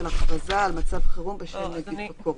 הכרזה על מצב החירום בשל נגיף הקורונה.